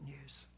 news